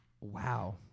Wow